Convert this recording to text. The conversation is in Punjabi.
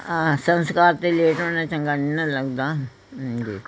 ਸੰਸਕਾਰ 'ਤੇ ਲੇਟ ਹੋਣਾ ਚੰਗਾ ਨਹੀਂ ਨਾ ਲੱਗਦਾ ਹਾਂਜੀ